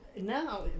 now